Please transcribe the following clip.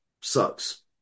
Sucks